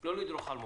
לא לדרוך על מוקשים.